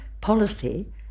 policy